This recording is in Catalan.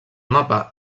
mapa